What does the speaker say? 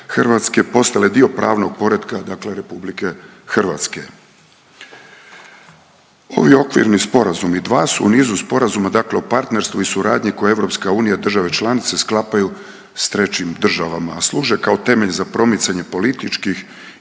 Hrvatske postale dio pravnog poretka, dakle Republike Hrvatske. Ovi okvirni sporazumi, dva su u nizu sporazuma, dakle o partnerstvu i suradnji koje EU i države članice sklapaju s trećim državama a služe kao temelj za promicanje političkih